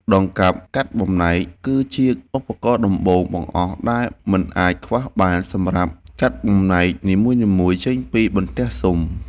ដង្កាប់កាត់បំណែក គឺជាឧបករណ៍ដំបូងបង្អស់ដែលមិនអាចខ្វះបានសម្រាប់កាត់បំណែកនីមួយៗចេញពីបន្ទះស៊ុម។